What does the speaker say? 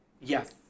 Yes